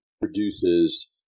produces